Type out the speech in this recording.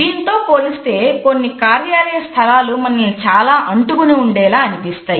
దీనితో పోలిస్తే కొన్ని కార్యాలయ స్థలాలు మనల్ని చాలా అంటుకుని ఉండేలాగా అనిపిస్తాయి